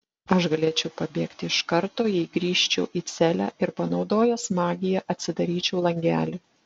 aš galėčiau pabėgti iš karto jei grįžčiau į celę ir panaudojęs magiją atsidaryčiau langelį